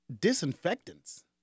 disinfectants